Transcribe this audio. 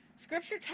Scripture